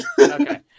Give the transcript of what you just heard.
okay